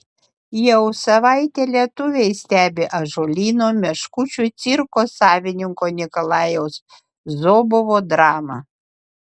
jau savaitę lietuviai stebi ąžuolyno meškučių cirko savininko nikolajaus zobovo dramą